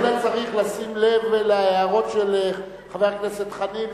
בהחלט צריך לשים לב להערות של חבר הכנסת חנין,